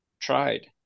tried